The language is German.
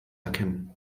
erkennen